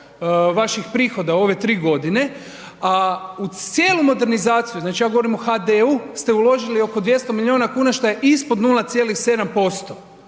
vaših prihoda u ove 3.g., a u cijelu modernizaciju, znači ja govorim o HD-u ste uložili oko 200 milijuna kuna, šta je ispod 0,7%